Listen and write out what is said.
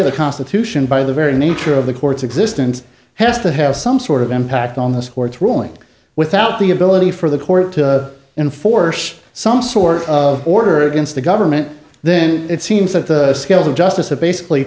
of the constitution by the very nature of the court's existence has to have some sort of impact on this court's ruling without the ability for the court to enforce some sort of order against the government then it seems that the scales of justice are basically